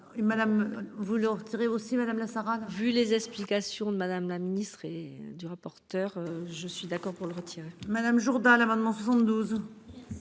vous leur direz aussi madame la Sarah. Vu les explications de Madame la ministre et du rapporteur. Je suis d'accord pour le retirer. Madame Jourda l'amendement 72.